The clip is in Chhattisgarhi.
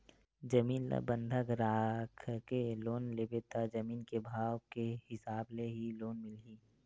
जमीन ल बंधक राखके लोन लेबे त जमीन के भाव के हिसाब ले ही लोन मिलही